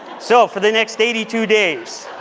so for the next eighty two days,